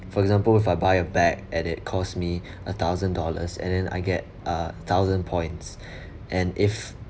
for example if I buy a bag and it cost me a thousand dollars and then I get uh thousand points and if